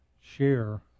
share